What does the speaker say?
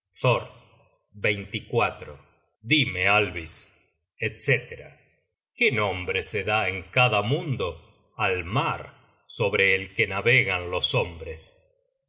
thoa dime alvis etc qué nombre se da en cada mundo al mar sobre el que navegan los hombres